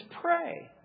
pray